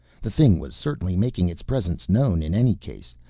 the thing was certainly making its presence known in any case,